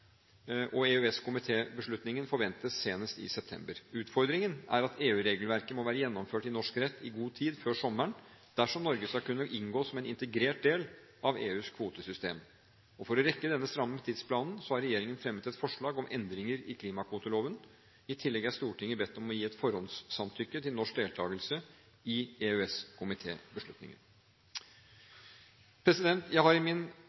og EØS-komitébeslutningen forventes senest i september. Utfordringen er at EU-regelverket må være gjennomført i norsk rett i god tid før sommeren dersom Norge skal kunne inngå som en integrert del av EUs kvotesystem. For å rekke denne stramme tidsplanen har regjeringen fremmet et forslag om endringer i klimakvoteloven. I tillegg er Stortinget bedt om å gi et forhåndssamtykke til norsk deltakelse i EØS-komitébeslutningen. Jeg har i min